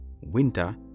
winter